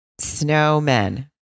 Snowmen